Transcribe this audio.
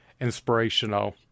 inspirational